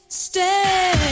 stay